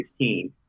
2016